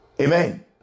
Amen